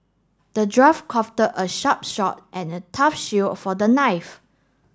the draft crafted a sharp short and a tough shield for the knife